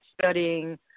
studying